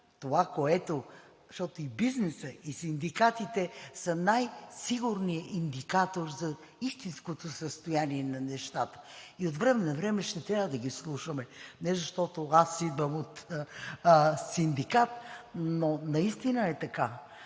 това, което… Защото и бизнесът, и синдикатите са най-сигурни индикатори за истинското състояние на нещата и от време на време ще трябва да ги слушаме не защото аз идвам от синдикат, но наистина е така.